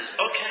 Okay